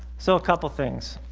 so a couple things